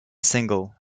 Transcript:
single